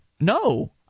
No